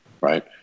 right